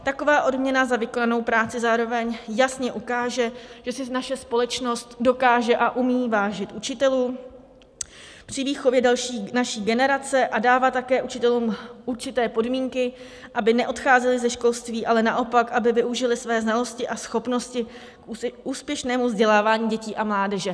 Taková odměna za vykonanou práci zároveň jasně ukáže, že si naše společnost dokáže a umí vážit učitelů při výchově naší generace a dává také učitelům určité podmínky, aby neodcházeli ze školství, ale naopak využili své znalosti a schopnosti k úspěšnému vzdělávání dětí a mládeže.